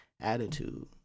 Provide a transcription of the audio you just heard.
attitude